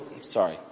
Sorry